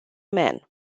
man